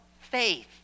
faith